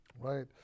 Right